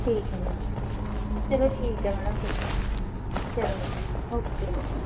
ਠੀਕ ਹੈ ਮੈਡਮ ਚੱਲੋ ਠੀਕ ਹੈ ਮੈਡਮ ਫਿਰ ਚੱਲੋ ਓਕੇ ਮੈਡਮ